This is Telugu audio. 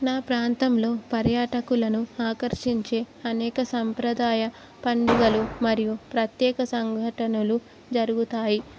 నా ప్రాంతంలో పర్యాటకులను ఆకర్షించే అనేక సంప్రదాయ పండుగలు మరియు ప్రత్యేక సంఘటనలు జరుగుతాయి